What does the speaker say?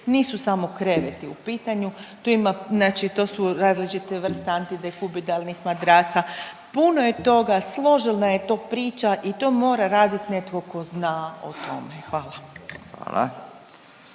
Nisu samo kreveti u pitanju, tu ima, znači to su različite vrste antidekubitalnih madraca, puno je toga, složena je to priča i to mora radit netko ko zna o tome, hvala.